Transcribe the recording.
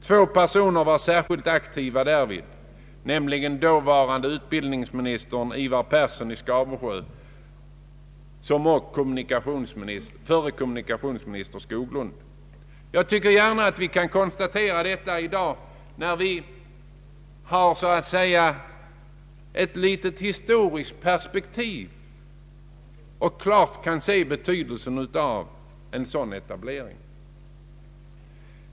Två personer var särskilt aktiva därvid, nämligen dåvarande utbildningsministern Ivar Persson i Skabersjö och förre kommunikationsministern Skoglund. Jag tycker att vi gärna kan konstatera detta i dag när vi har fått ett historiskt perspektiv och klart kan se betydelsen av denna etablering.